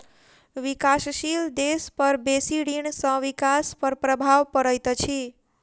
विकासशील देश पर बेसी ऋण सॅ विकास पर प्रभाव पड़ैत अछि